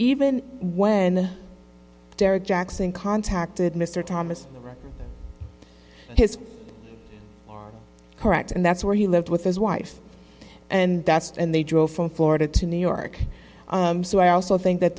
even when derrick jackson contacted mr thomas his correct and that's where he lived with his wife and that's and they drove from florida to new york so i also think that